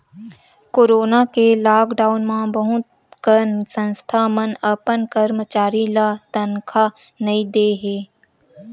corona के lockdown म बहुत कन संस्था मन अपन करमचारी ल तनखा नइ दे हे